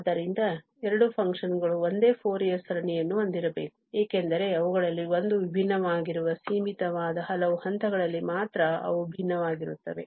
ಆದ್ದರಿಂದ ಎರಡು function ಗಳು ಒಂದೇ ಫೋರಿಯರ್ ಸರಣಿಯನ್ನು ಹೊಂದಿರಬೇಕು ಏಕೆಂದರೆ ಅವುಗಳಲ್ಲಿ ಒಂದು ವಿಭಿನ್ನವಾಗಿರುವ ಸೀಮಿತವಾದ ಹಲವು ಹಂತಗಳಲ್ಲಿ ಮಾತ್ರ ಅವು ಭಿನ್ನವಾಗಿರುತ್ತವೆ